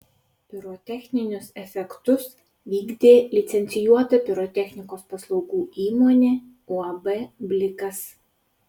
pirotechninius efektus vykdė licencijuota pirotechnikos paslaugų įmonė uab blikas